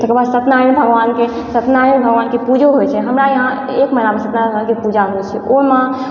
तकर बाद सत्यनारायण भगवान के सत्यनारायण भगवान के पूजो होइ छै हमरा यहाँ एक महिना के सत्य नारायण भगवान के पूजा होइ छै ओहि मे